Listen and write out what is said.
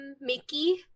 Mickey